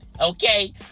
okay